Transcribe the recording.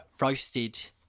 roasted